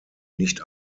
nicht